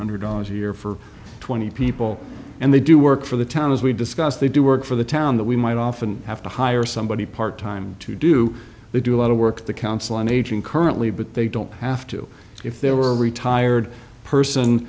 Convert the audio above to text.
hundred dollars a year for twenty people and they do work for the town as we discussed they do work for the town that we might often have to hire somebody part time to do they do a lot of work the council on aging currently but they don't have to if there were retired person